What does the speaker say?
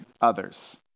others